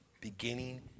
beginning